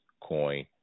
Coin